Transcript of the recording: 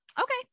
Okay